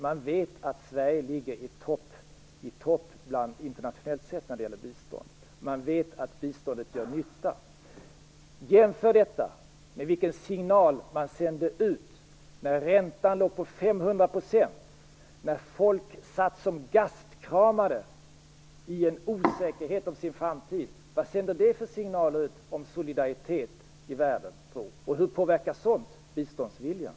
Man vet att Sverige internationellt sett ligger i topp när det gäller bistånd. Man vet att biståndet gör nytta. Jämför detta med den signal som sändes ut när räntan låg på 500 % och folk satt som gastkramade i osäkerhet om sin framtid! Vad sände det ut för signaler om solidaritet i världen, och hur påverkar sådant biståndsviljan?